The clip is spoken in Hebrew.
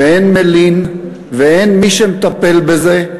ואין מלין, ואין מי שמטפל בזה.